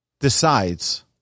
decides